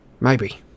Maybe